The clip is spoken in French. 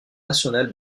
nationale